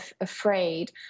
afraid